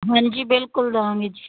ਹਾਂਜੀ ਬਿਲਕੁਲ ਦੇਵਾਂਗੇ ਜੀ